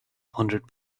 hundred